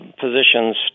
positions